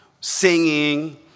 singing